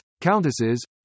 countesses